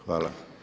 Hvala.